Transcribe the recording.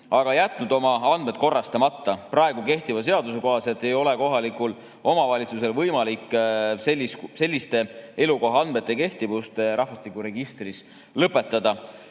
ja jätnud oma andmed korrastamata. Praegu kehtiva seaduse kohaselt ei ole kohalikul omavalitsusel võimalik selliste elukoha andmete kehtivust rahvastikuregistris lõpetada.